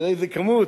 תראה איזו כמות,